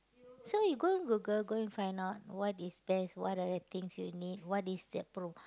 so you go and Google go and find out what is best what are the things you need what is the pro